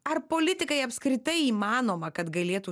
ar politikai apskritai įmanoma kad galėtų